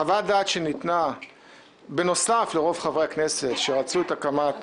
חוות הדעת שניתנה בנוסף לרוב חברי הכנסת שרצו את הקמת